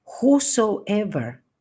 whosoever